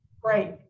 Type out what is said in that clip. Great